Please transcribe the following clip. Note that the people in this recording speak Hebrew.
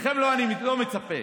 מכם אני לא מצפה,